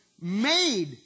made